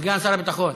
התשע"ח 2018,